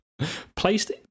Placed